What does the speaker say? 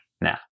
now